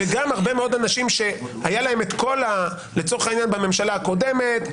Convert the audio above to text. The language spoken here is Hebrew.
וגם הרבה מאוד אנשים לצורך העניין בממשלה הקודמת,